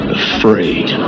afraid